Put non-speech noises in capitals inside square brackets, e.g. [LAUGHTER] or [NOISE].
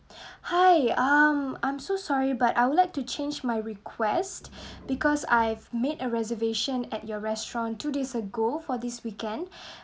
[BREATH] hi um I'm so sorry but I would like to change my request [BREATH] because I've made a reservation at your restaurant two days ago for this weekend [BREATH]